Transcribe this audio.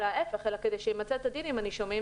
אלא ההפך כדי שימצה את הדין עם הנישומים,